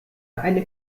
eine